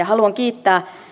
haluan kiittää